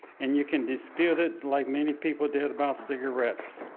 and you can dispute it, like many people did, about cigarettes.